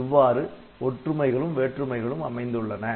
இவ்வாறு ஒற்றுமைகளும் வேற்றுமைகளும் அமைந்துள்ளன